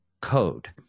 code